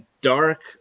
dark